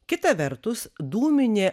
kita vertus dūminė